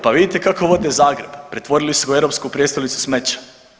Pa vidite kako vode Zagreb, pretvorili su je u europske prijestolnicu smeća.